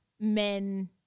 men